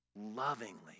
lovingly